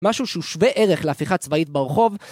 משהו שהוא שווה ערך להפיכה צבאית ברחוב